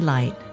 Light